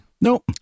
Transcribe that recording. Nope